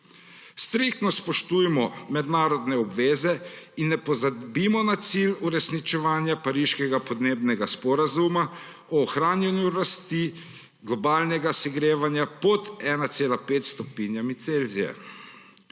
Striktno spoštujmo mednarodne obveze in ne pozabimo na cilj uresničevanja Pariškega podnebnega sporazuma o ohranjanju rasti globalnega segrevanja pod 1,5 stopinjami Celzija.